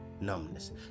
numbness